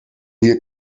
hier